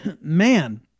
man